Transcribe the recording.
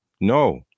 No